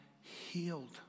healed